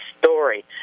story